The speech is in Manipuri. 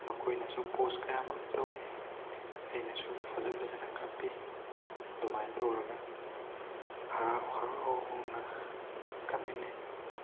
ꯃꯈꯣꯏꯅꯁꯨ ꯄꯣꯁ ꯀꯌꯥꯃꯔꯨꯝ ꯇꯧꯏ ꯑꯩꯅꯁꯨ ꯐꯖꯅ ꯐꯖꯅ ꯀꯥꯞꯄꯤ ꯑꯗꯨꯃꯥꯏꯅ ꯇꯧꯔꯒ ꯍꯔꯥꯎ ꯍꯔꯥꯎꯅ ꯀꯥꯞꯃꯤꯟꯅꯩ